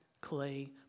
clay